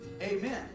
amen